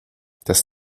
das